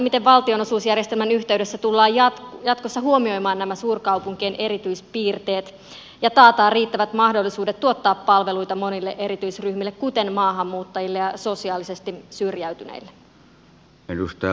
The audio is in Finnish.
miten valtionosuusjärjestelmän yhteydessä tullaan jatkossa huomioimaan nämä suurkaupunkien erityispiirteet ja taataan riittävät mahdollisuudet tuottaa palveluita monille erityisryhmille kuten maahanmuuttajille ja sosiaalisesti syrjäytyneille